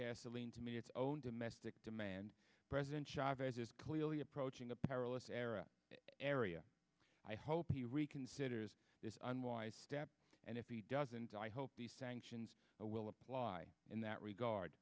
gasoline to meet its own domestic demand president chavez is clearly approaching a perilous era area i hope he reconsiders this unwise step and if he doesn't i hope the sanctions will apply in that regard